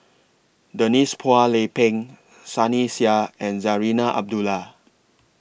Denise Phua Lay Peng Sunny Sia and Zarinah Abdullah